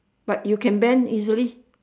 but you can bend easily